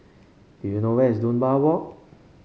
do you know where's Dunbar Walk